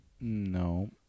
No